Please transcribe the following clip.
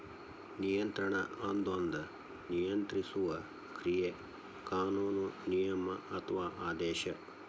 ನಿಯಂತ್ರಣ ಅದೊಂದ ನಿಯಂತ್ರಿಸುವ ಕ್ರಿಯೆ ಕಾನೂನು ನಿಯಮ ಅಥವಾ ಆದೇಶ